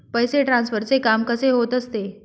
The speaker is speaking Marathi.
पैसे ट्रान्सफरचे काम कसे होत असते?